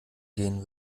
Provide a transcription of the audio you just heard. gehen